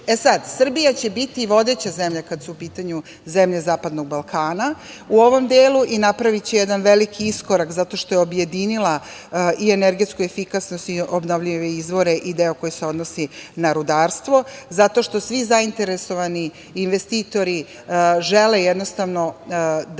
moguć. Srbija će biti vodeća zemlja kad su u pitanju zemlje zapadnog Balkana u ovom delu i napraviće jedan veliki iskorak, zato što je objedinila i energetsku efikasnost i obnovljive izvore i deo koji se odnosi na rudarstvo, zato što svi zainteresovani investitori žele jednostavno da